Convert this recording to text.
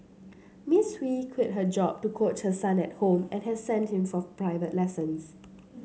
Miss Hui has quit her job to coach her son at home and has sent him for private lessons